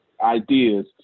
ideas